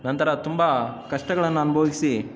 ನಂತರ ತುಂಬ ಕಷ್ಟಗಳನ್ನ ಅನುಭವಿಸಿ